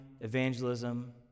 evangelism